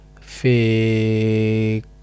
Fake